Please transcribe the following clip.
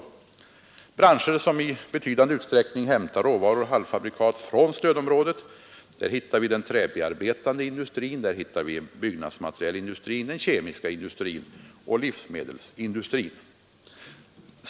Bland branscher som i betydande utsträckning hämtar råvaror och halvfabrikat från stödområdet finner vi den träbearbetande industrin, byggnadsmaterialindustrin, den kemiska industrin och livsmedelsindustrin.